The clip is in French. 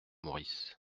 maurice